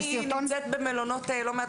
אני נמצאת במלונות לא מעט,